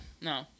No